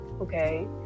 okay